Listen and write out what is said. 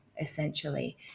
essentially